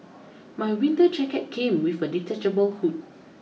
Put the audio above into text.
my winter jacket came with a detachable hood